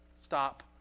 stop